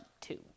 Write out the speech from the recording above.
two